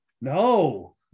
No